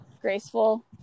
graceful